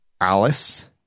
Alice